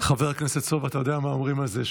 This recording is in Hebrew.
חבר הכנסת סובה, אתה יודע מה אומרים על זה?